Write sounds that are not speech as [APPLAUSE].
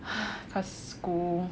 [BREATH] because school